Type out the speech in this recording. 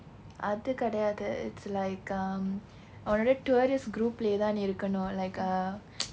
அது கிடையாது:athu kidaiyaathu it's like um உன்னோட:unnoda tourist group இலே தான் இருக்கணும்:ile thaan irukkanum like uh